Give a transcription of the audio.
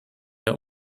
der